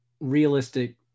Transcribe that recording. realistic